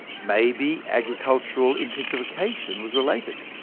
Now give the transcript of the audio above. maybe agricultural intensification was related?